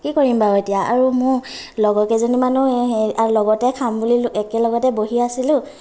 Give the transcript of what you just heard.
কি কৰিম বাৰু এতিয়া আৰু মোৰ লগৰ কেইজনীমানো এই সেই লগতে খাম বুলি একেলগতে বহি আছিলোঁ